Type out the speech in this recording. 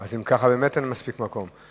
אם ככה, באמת אין מספיק מקום.